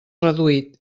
reduït